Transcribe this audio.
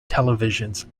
televisions